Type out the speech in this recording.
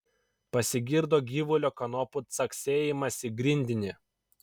pasigirdo gyvulio kanopų caksėjimas į grindinį